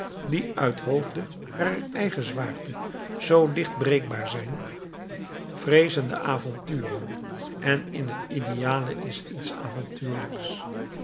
die uithoofde harer eigen zwaarte zoo licht breekbaar zijn vreezen de avonturen en in het ideale is iets avontuurlijks